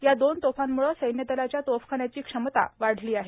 या दोन तोफांमुळे सैन्यदलाच्या तोफखान्याची क्षमता वाढली आहे